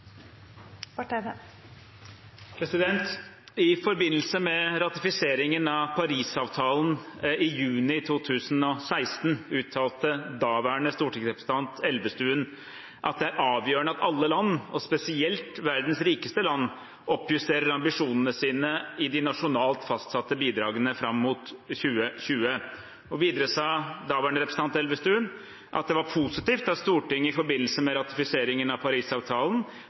er avgjørende at alle land, spesielt verdens rikeste land, oppjusterer ambisjonene sine i de nasjonalt fastsatte bidragene fram mot 2020. Videre sa daværende representant Elvestuen at det var positivt at Stortinget i forbindelse med ratifiseringen av Parisavtalen